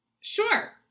Sure